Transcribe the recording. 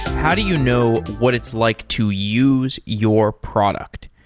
how do you know what it's like to use your product?